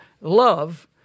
love